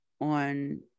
on